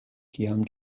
kiam